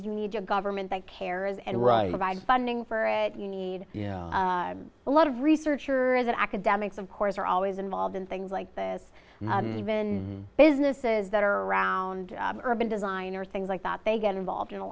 you need a government that cares and right side funding for it you need a lot of researchers and academics of course are always involved in things like this even businesses that are around urban design or things like that they get involved in a